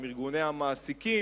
עם ארגוני המעסיקים.